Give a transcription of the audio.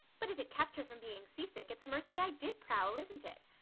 but if it kept her from being seasick it's a mercy i did prowl, isn't it?